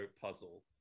puzzle